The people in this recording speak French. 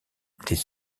des